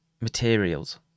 materials